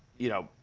you know,